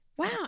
Wow